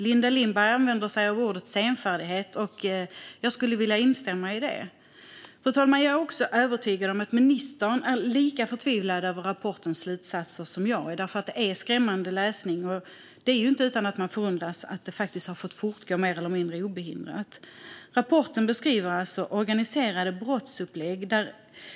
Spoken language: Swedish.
Linda Lindberg använder sig av ordet "senfärdighet", och jag skulle vilja instämma i det. Fru talman! Jag är övertygad om att ministern är lika förtvivlad över rapportens slutsatser som jag är. Det är skrämmande läsning. Det är inte utan att man förundras över att det har fått fortgå mer eller mindre obehindrat. Rapporten beskriver organiserade brottsupplägg där